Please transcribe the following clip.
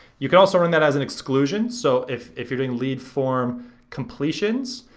you can also run that as an exclusion, so, if if you're doing lead form completions,